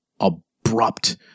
abrupt